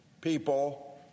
People